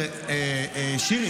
שירי,